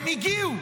הם הגיעו.